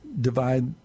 divide